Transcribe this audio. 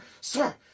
Sir